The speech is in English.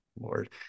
Lord